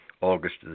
August